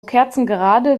kerzengerade